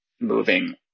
moving